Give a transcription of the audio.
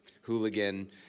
hooligan